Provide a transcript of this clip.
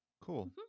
cool